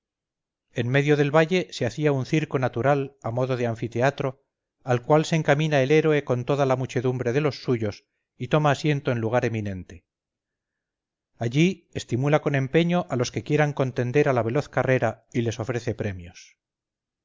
en medio del valle se hacía un circo natural a modo de anfiteatro al cual se encamina el héroe con toda la muchedumbre de los suyos y toma asiento en lugar eminente allí estimula con empeño a los que quieran contender a la veloz carrera y les ofrece premios